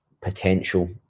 potential